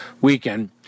weekend